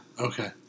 Okay